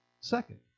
Second